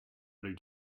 did